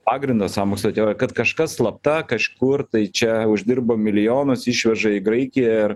pagrindo sąmokslo teorijai kad kažkas slapta kažkur tai čia uždirba milijonus išveža į graikiją ir